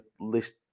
list